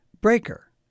Breaker